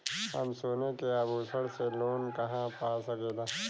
हम सोने के आभूषण से लोन कहा पा सकीला?